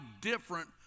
different